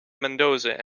mendoza